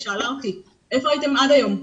היא שאלה אותי, איפה הייתם עד היום?